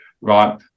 Right